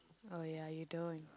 oh ya you don't